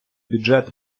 бюджет